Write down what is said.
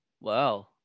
Wow